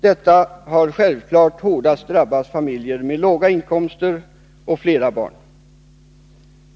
Detta har självklart hårdast drabbat familjer med låga inkomster och flera barn.